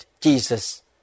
Jesus